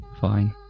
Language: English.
fine